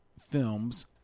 films